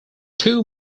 two